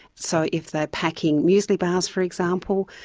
so if they are packing muesli bars, for example,